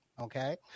Okay